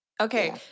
okay